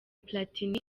platini